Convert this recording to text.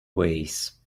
ways